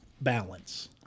balance